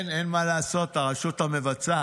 כן, אין מה לעשות, הרשות המבצעת,